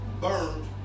burned